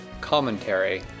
Commentary